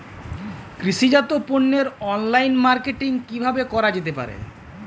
কৃষিজাত পণ্যের online marketing কিভাবে করা যেতে পারে?